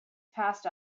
passed